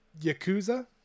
Yakuza